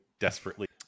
desperately